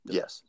Yes